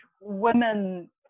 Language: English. women